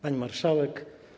Pani Marszałek!